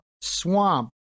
swamp